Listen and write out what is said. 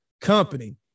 company